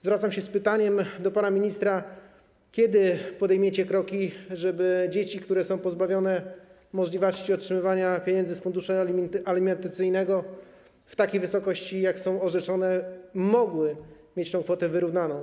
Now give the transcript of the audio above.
Zwracam się z pytaniem do pana ministra: Kiedy podejmiecie kroki, żeby dzieci, które są pozbawione możliwości otrzymywania pieniędzy z funduszu alimentacyjnego w takiej wysokości, w jakiej są one orzeczone, mogły mieć tę kwotę wyrównaną?